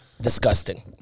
disgusting